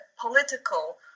political